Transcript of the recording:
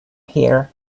here